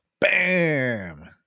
Bam